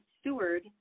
steward